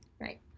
Right